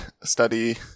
study